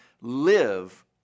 live